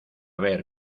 ver